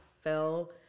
fell